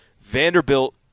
Vanderbilt